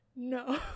No